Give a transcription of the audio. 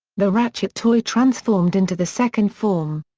the ratchet toy transformed into the second form.